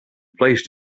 placed